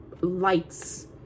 lights